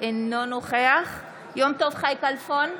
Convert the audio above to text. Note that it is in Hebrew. אינו נוכח יום טוב חי כלפון,